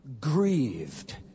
grieved